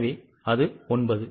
எனவே அது 9